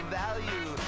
value